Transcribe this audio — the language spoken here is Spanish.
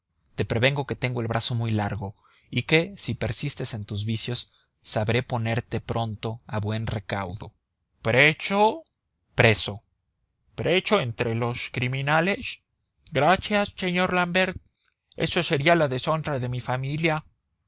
te prevengo que tengo el brazo muy largo y que si persistes en tus vicios sabré ponerte pronto a buen recaudo preso preso preso entre los criminales gracias señor l'ambert eso sería la deshonra de mi familia